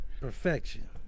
perfection